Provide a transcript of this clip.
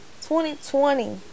2020